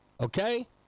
okay